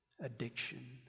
addiction